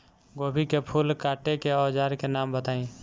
गोभी के फूल काटे के औज़ार के नाम बताई?